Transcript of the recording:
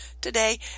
today